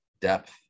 depth